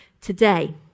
today